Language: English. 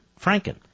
Franken